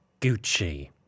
Gucci